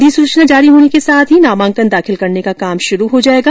अधिसूचना जारी होने के साथ ही नामांकन दाखिल करने का काम शुरू हो जाएगा